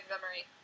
memory